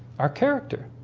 our character